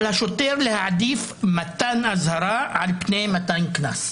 על השוטר להעדיף מתן אזהרה על פני מתן קנס.